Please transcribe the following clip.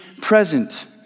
present